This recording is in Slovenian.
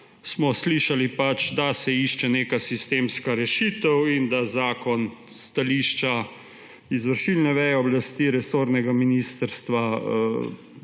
smo slišali, da se išče neka sistemska rešitev in da zakon s stališča izvršilne veje oblasti, po mnenju resornega ministrstva